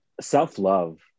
Self-love